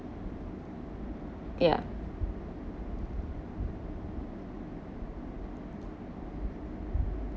ya